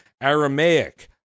Aramaic